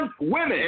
women